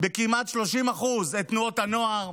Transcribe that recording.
בכמעט 30% את תנועות הנוער,